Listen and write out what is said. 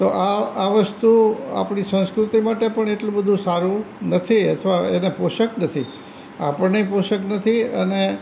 તો આ આ વસ્તુ આપણી સંસ્કૃતિ માટે પણ એટલું બધું સારું નથી અથવા એને પોષક નથી આપણે ય પોષક નથી અને